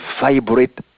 vibrate